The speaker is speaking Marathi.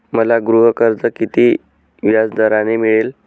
मला गृहकर्ज किती व्याजदराने मिळेल?